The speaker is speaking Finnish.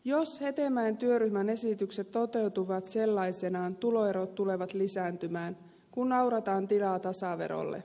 jos hetemäen työryhmän esitykset toteutuvat sellaisinaan tuloerot tulevat lisääntymään kun aurataan tilaa tasaverolle